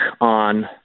on